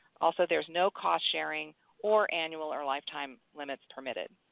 also, there is no cost sharing or annual or lifetime limits permitted.